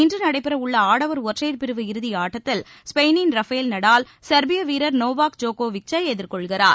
இன்று நடைபெற உள்ள ஆடவர் ஒற்றையர் பிரிவு இறுதியாட்டத்தில் ஸ்பெயினின் ரஃபேல் நடால் செர்பிய வீரர் நோவாக் ஜோக்கோவிச்சை எதிர்கொள்கிறார்